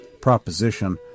proposition